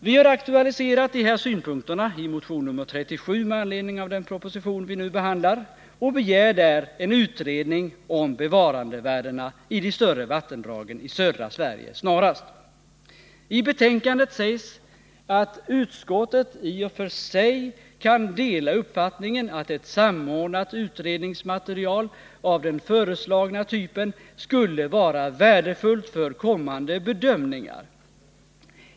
Vi har aktualiserat de här synpunkterna i motion nr 37 med anledning av den proposition vi nu behandlar, och vi begär en snar utredning om bevarandevärdena i de större vattendragen i södra Sverige. I betänkandet sägs: ”Utskottet kan i och för sig dela uppfattningen att ett samordnat utredningsmaterial av föreslagen typ skulle vara värdefullt för kommande bedömningar.